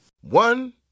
One